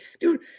dude